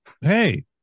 Hey